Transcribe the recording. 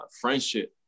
friendship